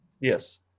Yes